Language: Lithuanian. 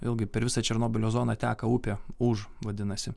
vėlgi per visą černobylio zoną teka upė už vadinasi